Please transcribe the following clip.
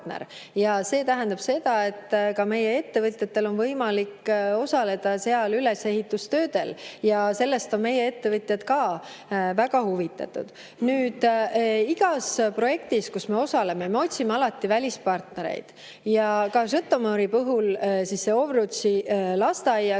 Ja see tähendab seda, et ka meie ettevõtjatel on võimalik osaleda seal ülesehitustöödel, ja sellest on meie ettevõtjad väga huvitatud. Igas projektis, kus me osaleme, me otsime alati välispartnereid. Ka Žõtomõri puhul. Ovrutši lasteaia